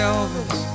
Elvis